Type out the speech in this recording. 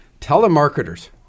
telemarketers